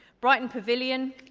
brighton pavilion,